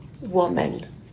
woman